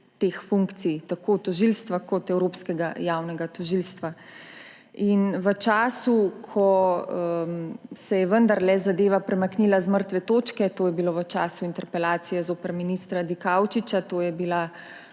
funkcij, tako tožilstva kot evropskega javnega tožilstva. V času, ko se je vendarle zadeva premaknila z mrtve točke, to je bilo v času interpelacije zoper ministra Dikaučiča – v bistvu